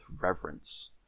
reverence